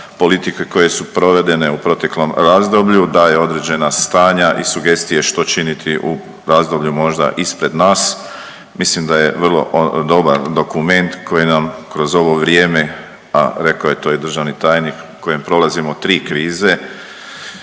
politike koje su provedene u proteklom razdoblju, daje određena stanja i sugestije što činiti u razdoblju možda ispred nas. Mislim da je vrlo dobra dokument koji nam kroz ovo vrijeme, a rekao je to i državni tajnik, kojim prolazimo tri krize,